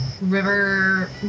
River